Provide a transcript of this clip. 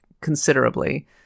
considerably